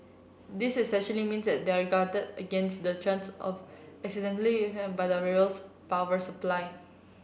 this essentially means they are guarded against the chance of accidental by the railway's power supply